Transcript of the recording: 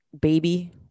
baby